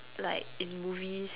like in movies